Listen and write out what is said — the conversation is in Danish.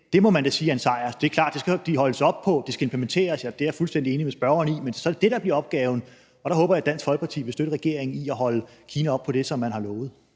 Det er klart, at det skal de holdes op på, det skal implementeres. Det er jeg fuldstændig enig med spørgeren i, men så er det det, der bliver opgaven. Der håber jeg, at Dansk Folkeparti vil støtte regeringen i at holde Kina op på det, som man har lovet.